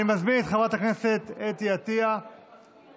אני מזמין את חברת הכנסת אתי עטייה לנמק